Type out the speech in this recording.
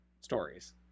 stories